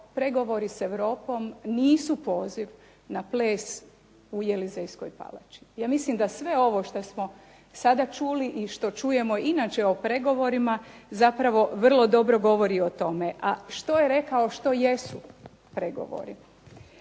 pregovori s Europom nisu poziv na ples u Elizejskoj palači. Ja mislim da sve ovo što smo sada čuli i što čujemo inače o pregovorima zapravo vrlo dobro govori o tome. A što je rekao što jesu pregovori?